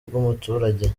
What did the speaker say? bw’umuturage